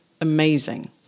amazing